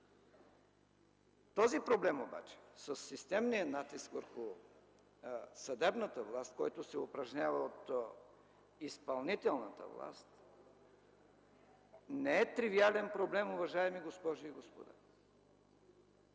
Проблемът със системния натиск върху съдебната власт обаче, който се упражнява от изпълнителната власт, не е тривиален проблем, уважаеми госпожи и господа.